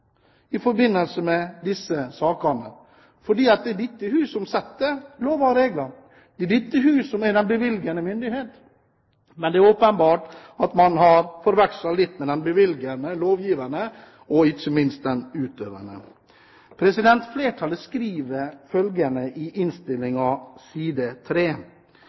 i forbindelse med disse sakene. Det er i dette hus man vedtar lover og regler, det er dette hus som er den bevilgende myndighet, men det er åpenbart at man har forvekslet litt den bevilgende, lovgivende og ikke minst den utøvende myndighet. Flertallet skriver følgende i innstillingen på side